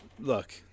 look